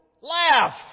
Laugh